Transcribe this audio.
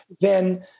then-